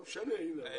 בפרט